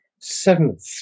seventh